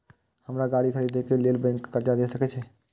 हमरा गाड़ी खरदे के लेल बैंक कर्जा देय सके छे?